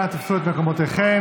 אנא תפסו את מקומותיכם.